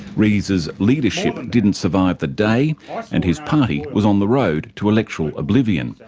rees's leadership and didn't survive the day and his party was on the road to electoral oblivion,